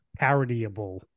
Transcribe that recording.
parodyable